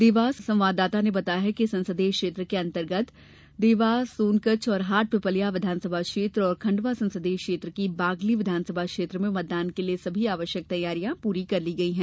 देवास संवाददाता ने बताया कि संसदीय क्षेत्र के अंतर्गत देवास सोनकच्छ और हाटपीपल्या विधानसभा क्षेत्र और खंडवा संसदीय क्षेत्र की बागली विधानसभा क्षेत्र में मतदान के लिये सभी आवश्यक तैयारियां पूरी कर ली गयी है